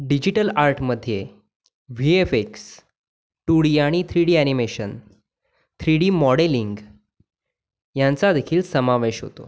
digital आर्टमध्ये V F X two D आणि three D animation three D modelling ह्यांचादेखील समावेश होतो